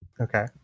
Okay